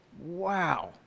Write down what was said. Wow